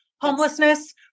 homelessness